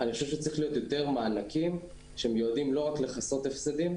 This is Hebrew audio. אני חושב שצריך להיות יותר מענקים שמיועדים לא רק לכיסוי הפסדים.